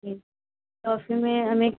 जी coffee में हमें